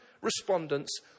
respondents